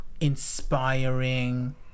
inspiring